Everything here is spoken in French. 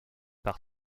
par